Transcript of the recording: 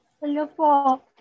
Hello